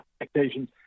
expectations